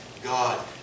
God